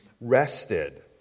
rested